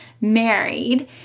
married